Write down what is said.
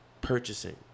purchasing